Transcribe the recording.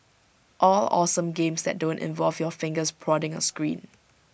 all awesome games that don't involve your fingers prodding A screen